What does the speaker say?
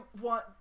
want